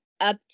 up